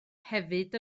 hefyd